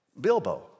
Bilbo